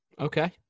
Okay